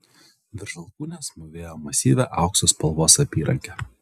virš alkūnės mūvėjo masyvią aukso spalvos apyrankę